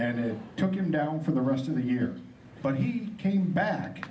and it took him down for the rest of the year but he came back